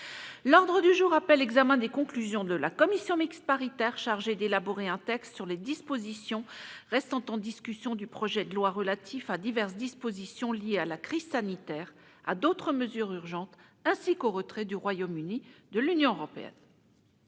L'ordre du jour appelle l'examen des conclusions de la commission mixte paritaire chargée d'élaborer un texte sur les dispositions restant en discussion du projet de loi relatif à diverses dispositions liées à la crise sanitaire, à d'autres mesures urgentes ainsi qu'au retrait du Royaume-Uni de l'Union européenne